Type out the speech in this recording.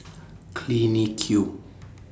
Clinique